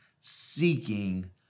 seeking